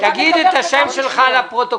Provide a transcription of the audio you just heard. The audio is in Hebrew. גם לדבר וגם לכתוב